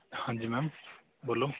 ਹਾਂਜੀ ਮੈਮ ਬੋਲੋ